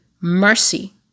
mercy